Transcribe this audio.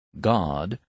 God